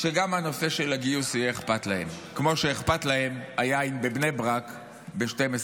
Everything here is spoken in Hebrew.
שגם הנושא של הגיוס יהיה אכפת להם כמו שאכפת להם היין בבני ברק ב-24:00.